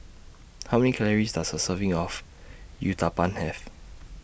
How Many Calories Does A Serving of Uthapam Have